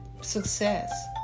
success